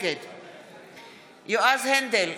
נגד יועז הנדל,